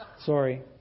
Sorry